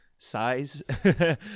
size